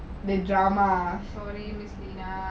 sorry miss nina